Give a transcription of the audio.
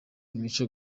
imico